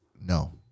No